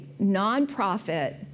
nonprofit